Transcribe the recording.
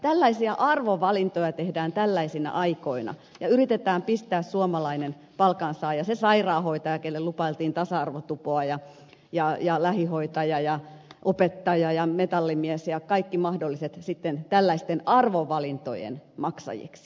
tällaisia arvovalintoja tehdään tällaisina aikoina ja yritetään pistää suomalainen palkansaaja se sairaanhoitaja jolle lupailtiin tasa arvotupoa ja lähihoitaja ja opettaja ja metallimies ja kaikki mahdolliset sitten tällaisten arvovalintojen maksajiksi